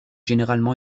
généralement